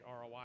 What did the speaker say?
ROI